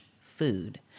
food